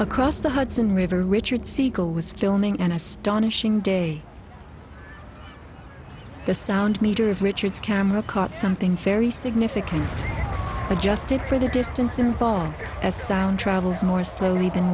across the hudson river richard segal was filming an astonishing day the sound meter of richard's camera caught something very significant adjusted for the distance involved as sound travels more slowly than